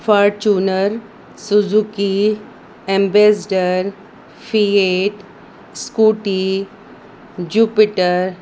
Fortuner Suzuki Ambassador Fiat Scooty Jupiter